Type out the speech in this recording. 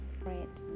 great